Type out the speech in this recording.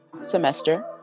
semester